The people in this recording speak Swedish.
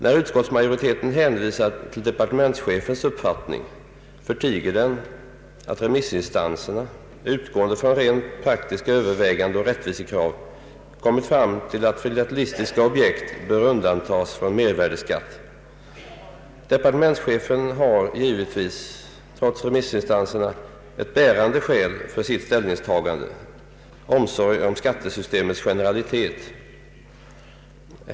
När utskottsmajoriteten hänvisar till departementschefens uppfattning förtiger den att remissinstanserna — utgående från rent praktiska överväganden och rättvisekrav — kommit fram till att filatelistiska objekt bör undantagas från mervärdeskatt. Departementschefen har givetvis — trots remissinstansernas uttalanden — ett bärande skäl för sitt ställningstagande: omsorg om skattesystemets generalitet.